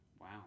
Wow